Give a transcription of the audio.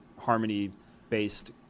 harmony-based